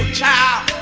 child